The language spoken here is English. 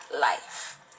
life